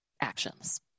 actions